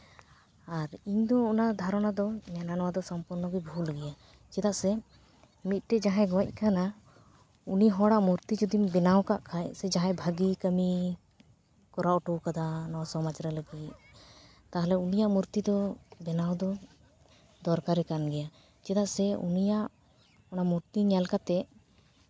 ᱟᱨ ᱤᱧ ᱫᱚ ᱚᱱᱟ ᱫᱷᱟᱨᱚᱱᱟ ᱫᱚ ᱢᱮᱱᱟ ᱱᱚᱣᱟ ᱫᱚ ᱥᱚᱢᱯᱩᱨᱱᱚ ᱵᱷᱩᱞ ᱜᱮᱭᱟ ᱪᱮᱫᱟᱜ ᱥᱮ ᱢᱤᱫᱴᱮᱱ ᱡᱟᱦᱟᱸᱭ ᱜᱚᱡ ᱠᱟᱱᱟᱭ ᱩᱱᱤ ᱦᱚᱲᱟᱜ ᱢᱩᱨᱛᱤ ᱡᱩᱫᱤᱢ ᱵᱮᱱᱟᱣ ᱠᱟᱜ ᱠᱷᱟᱱ ᱥᱮ ᱡᱟᱦᱟᱸᱭ ᱵᱷᱟᱹᱜᱤ ᱠᱟᱹᱢᱤ ᱠᱚᱨᱟᱣ ᱦᱚᱴᱚ ᱠᱟᱫᱟ ᱱᱚᱣᱟ ᱥᱚᱢᱟᱡᱽ ᱨᱮ ᱞᱟᱹᱜᱤᱫ ᱛᱟᱦᱞᱮ ᱩᱱᱤᱭᱟᱜ ᱢᱩᱨᱛᱤ ᱫᱚ ᱵᱮᱱᱟᱣ ᱫᱚ ᱫᱚᱨᱠᱟᱨ ᱜᱮ ᱠᱟᱱ ᱜᱮᱭᱟ ᱪᱮᱫᱟᱜ ᱥᱮ ᱩᱱᱤᱭᱟᱜ ᱚᱱᱟ ᱢᱩᱨᱛᱤ ᱧᱮᱞ ᱠᱟᱛᱮᱫ